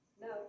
No